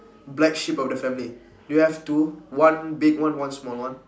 black sheep of the family do you have two one big one one small one